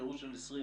בקירור של 20,